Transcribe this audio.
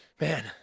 man